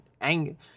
ang